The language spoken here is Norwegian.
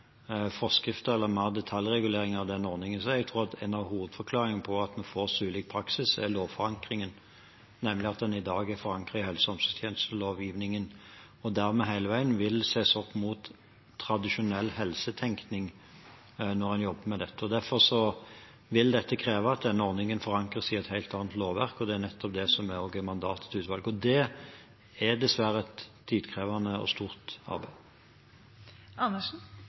forskrifter eller mer detaljregulering av den ordningen. Jeg tror at en av hovedforklaringene på at vi får så ulik praksis, er lovforankringen, nemlig at den i dag er forankret i helse- og omsorgstjenestelovgivningen, og dermed hele veien vil ses opp mot tradisjonell helsetenkning når man jobber med dette. Derfor vil dette kreve at denne ordningen forankres i et helt annet lovverk, og det er nettopp det som også er mandatet til utvalget. Det er dessverre et tidkrevende og stort